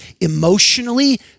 emotionally